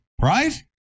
right